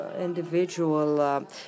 individual